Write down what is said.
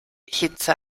hitze